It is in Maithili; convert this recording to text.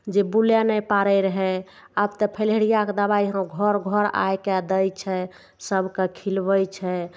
जे बुलिये नहि पारय रहय आब तऽ फलेरियाके दवाइ यहाँ घर घर आइके दै छै सबके खिलबय छै